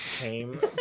came